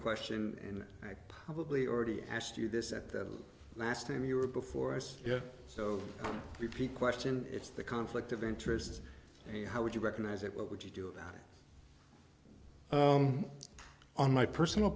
question and i probably already asked you this at the last time you were before us yet so repeat question it's the conflict of interest and how would you recognize it what would you do about it on my personal